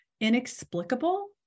inexplicable